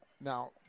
Now